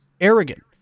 arrogant